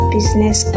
Business